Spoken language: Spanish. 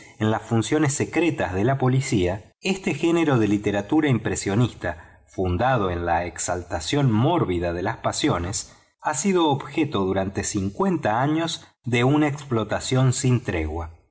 en las funciones secretas do la policía este género de literatura impresionista fundado en la exaltación mórbida de las pasiones ha sido objeto durante cincuenta años de una explotación sin tregua